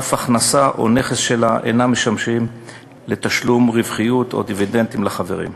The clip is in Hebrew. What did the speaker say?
אף הכנסה או נכס שלה אינם משמשים לתשלום רווחים או דיבידנדים לחברים.